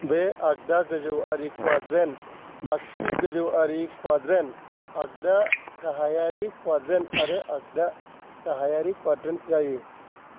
बे आगदा गोजौआरि क्वाड्रेन्ट आगसि गोजौआरि क्वाड्रेन्ट आगदा गाहायारि क्वाड्रेन्ट आरो आगदा गाहायारि क्वाड्रेन्ट जायो